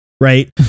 Right